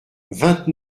vingt